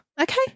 okay